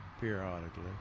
periodically